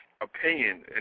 opinion